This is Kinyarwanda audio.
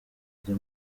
ajya